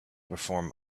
perform